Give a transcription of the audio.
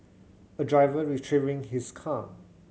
a driver retrieving his car